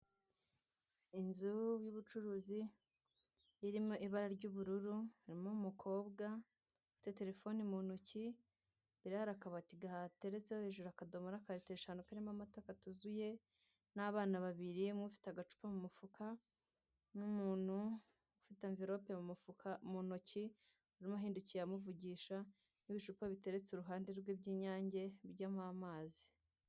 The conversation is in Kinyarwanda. Inzu y'ubucuruzi irimo ibara ry'ubururu irimo umukobwa ufite terefone mu intoki hari hari akabati gateretseho hejuru akadomoro ka ritiro eshanu katuzuye n'abana babiri umwe udite agacupa mumufuka n'umuntu ufite amverope m'umufuka mu intoki nuhindukiye amuvugisha n'ibicupa biteretse iruhande rwe by'inyange biryamo amazi.